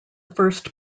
first